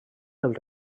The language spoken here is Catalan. del